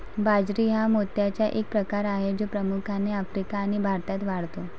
बाजरी हा मोत्याचा एक प्रकार आहे जो प्रामुख्याने आफ्रिका आणि भारतात वाढतो